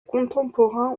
contemporains